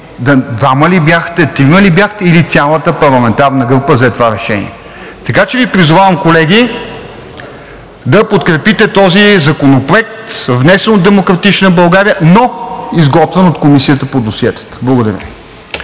двама ли бяхте, трима ли бяхте, или цялата парламентарна група взе това решение. Призовавам Ви колеги, да подкрепите този законопроект, внесен от „Демократична България“, но изготвен от Комисията по досиетата. Благодаря.